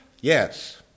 yes